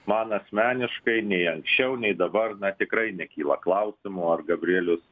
man asmeniškai nei anksčiau nei dabar na tikrai nekyla klausimų ar gabrielius